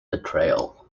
betrayal